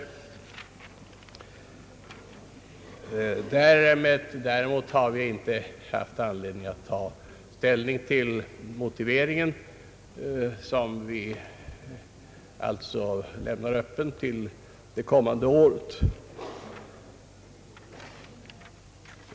Däremot har vi inte haft anledning att ta ställning till motiveringen, som vi alltså lämnar öppen till det kommande året.